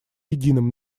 единым